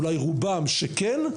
אולי רובם שכן,